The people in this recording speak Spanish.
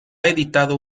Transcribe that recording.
editado